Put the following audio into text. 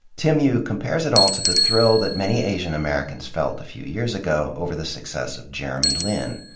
tim yu compares it all to the thrill that many asian americans felt a few years ago over the success of jeremy lin,